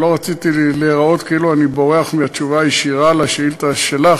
אבל לא רציתי להיראות כאילו אני בורח מהתשובה הישירה על השאילתה שלך,